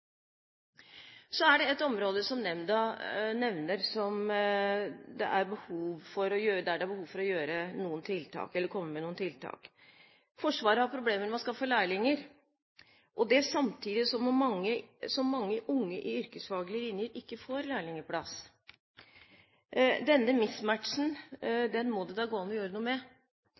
Så er det et område som nemnda nevner, der det er behov for å komme med noen tiltak. Forsvaret har problemer med å skaffe lærlinger, og det samtidig som mange unge på yrkesfaglige linjer ikke får lærlingplass. Denne mismatchen må det da gå an å gjøre noe med.